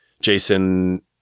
Jason